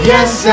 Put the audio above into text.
Yes